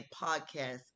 podcast